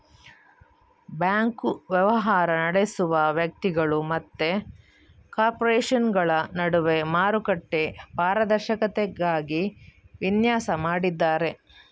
bank ವ್ಯವಹಾರ ನಡೆಸುವ ವ್ಯಕ್ತಿಗಳು ಮತ್ತೆ ಕಾರ್ಪೊರೇಷನುಗಳ ನಡುವೆ ಮಾರುಕಟ್ಟೆ ಪಾರದರ್ಶಕತೆಗಾಗಿ ವಿನ್ಯಾಸ ಮಾಡಿದ್ದಾರೆ